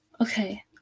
Okay